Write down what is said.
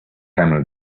camel